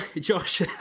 Josh